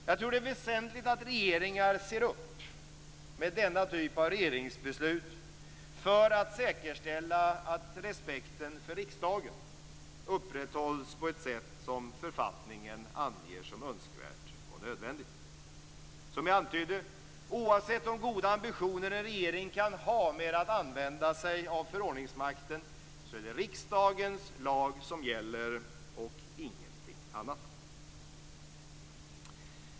Jag tror att det är väsentligt att regeringar ser upp med denna typ av regeringsbeslut för att säkerställa att respekten för riksdagen upprätthålls på ett sätt som författningen anger som önskvärt och nödvändigt. Som jag antydde: Oavsett de goda ambitioner en regering kan ha med att använda sig av förordningsmakten är det riksdagens lag som gäller och ingenting annat.